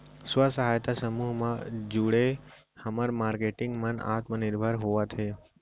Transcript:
स्व सहायता समूह म जुड़े हमर मारकेटिंग मन आत्मनिरभर होवत हे